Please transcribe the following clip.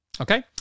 Okay